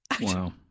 Wow